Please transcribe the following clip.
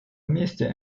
вместе